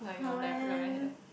oh man